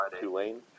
Tulane